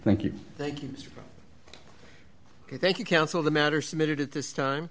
thank you thank you thank you counsel the matter submitted at this time